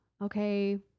okay